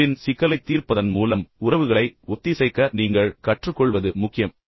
win win சிக்கலைத் தீர்ப்பதன் மூலம் உறவுகளை ஒத்திசைக்க நீங்கள் கற்றுக்கொள்வது முக்கியம்